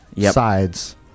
sides